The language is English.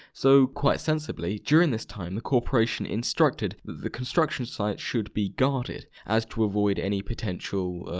so quite sensibly during this time the corporation instructed that the construction site should be guarded, as to avoid any potential. er.